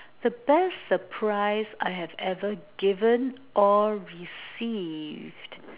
the best surprise I have ever given or received